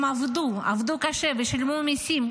הם עבדו, עבדו קשה ושילמו מיסים.